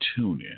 TuneIn